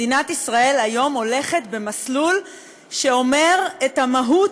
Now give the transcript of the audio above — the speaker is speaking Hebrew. מדינת ישראל היום הולכת במסלול שאומר את המהות,